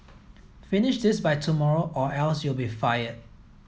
finish this by tomorrow or else you'll be fired